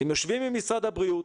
אתם יושבים עם משרד הבריאות,